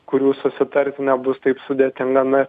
kurių susitarti nebus taip sudėtinga na